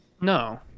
no